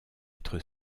être